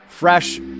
Fresh